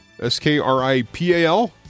S-K-R-I-P-A-L